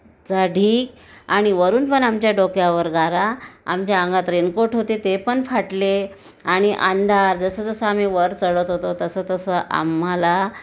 ढीग आणि वरून पण आमच्या डोक्यावर गारा आमच्या अंगात रेनकोट होते ते पण फाटले आणि अंधार जसं जसं आम्ही वर चढत होतो तसं तसं आम्हाला